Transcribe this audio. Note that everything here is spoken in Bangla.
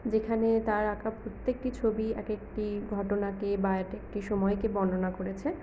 যেখানে তাঁর আঁকা প্রত্যেকটি ছবি এক একটি ঘটনাকে বা এক একটি সময়কে বর্ণনা করেছে